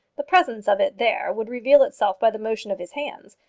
the presence of it there would reveal itself by the motion of his hands.